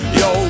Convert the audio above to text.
yo